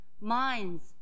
minds